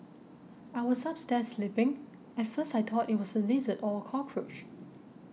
I was upstairs sleeping at first I thought it was a lizard or a cockroach